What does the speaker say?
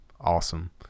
awesome